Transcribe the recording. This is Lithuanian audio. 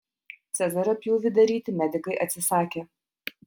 cezario pjūvį daryti medikai atsisakė